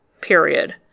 period